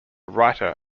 writer